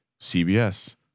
CBS